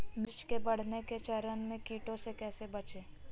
मिर्च के बढ़ने के चरण में कीटों से कैसे बचये?